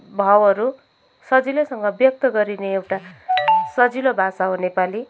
भावहरू सजिलैसँग व्यक्त गरिने एउटा सजिलो भाषा हो नेपाली